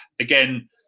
again